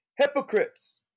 Hypocrites